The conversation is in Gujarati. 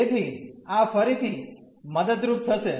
તેથી આ ફરીથી મદદરૂપ થશે